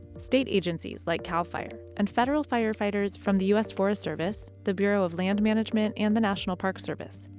state agencies like cal fire and federal firefighters from the u s. forest service, the bureau of land management and the national park service.